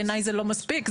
בעיניי זה לא מספיק,